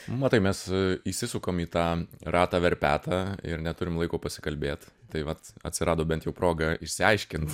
matai mes įsisukam į tą ratą verpetą ir neturim laiko pasikalbėt tai vat atsirado bent jau proga išsiaiškint